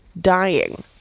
dying